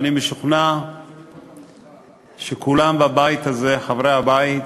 אני משוכנע שכולם בבית הזה, חברי הבית,